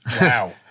Wow